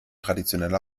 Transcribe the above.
traditionell